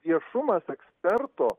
viešumas eksperto